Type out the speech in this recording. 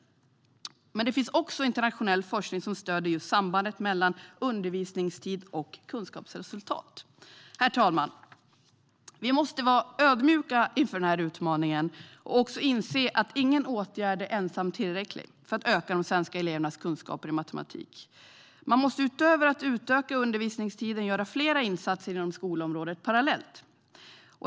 Det finns också internationell forskning som stöder just sambandet mellan undervisningstid och kunskapsresultat. Herr talman! Vi måste vara ödmjuka inför den här utmaningen och inse att ingen åtgärd ensam är tillräcklig för att öka de svenska elevernas kunskaper i matematik. Utöver att utöka undervisningstiden måste man göra fler insatser inom skolområdet parallellt.